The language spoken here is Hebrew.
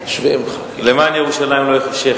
למען ירושלים לא אחשה,